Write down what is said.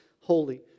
holy